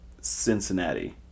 Cincinnati